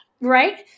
Right